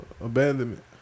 abandonment